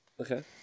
Okay